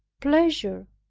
pleasure,